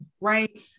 right